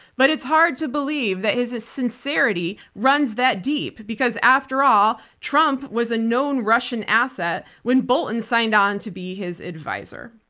but it's hard to believe that his sincerity runs that deep because after all, trump was a known russian asset when bolton signed on to be his advisor.